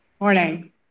Morning